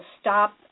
stop